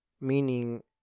Meaning